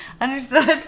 Understood